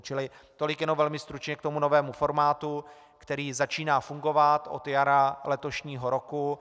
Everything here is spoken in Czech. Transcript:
Čili tolik jenom velmi stručně k novému formátu, který začíná fungovat od jara letošního roku.